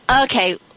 Okay